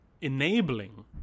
enabling